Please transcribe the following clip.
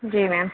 जी ma'am